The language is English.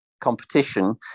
Competition